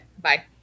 Bye